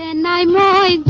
and my mind